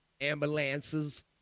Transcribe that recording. ambulances